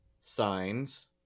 signs